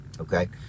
okay